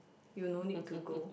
you no need to go